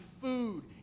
food